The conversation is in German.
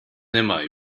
nimmer